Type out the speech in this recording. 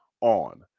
on